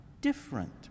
different